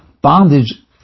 bondage